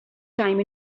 time